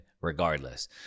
regardless